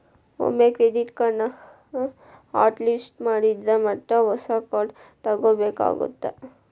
ಒಮ್ಮೆ ಕ್ರೆಡಿಟ್ ಕಾರ್ಡ್ನ hot list ಮಾಡಿದ್ರ ಮತ್ತ ಹೊಸ ಕಾರ್ಡ್ ತೊಗೋಬೇಕಾಗತ್ತಾ